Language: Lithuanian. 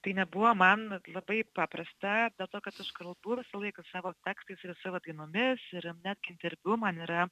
tai nebuvo man labai paprasta dėl to kad aš kalbu ir visą laiką savo tekstais ir savo dainomis ir net interviu man yra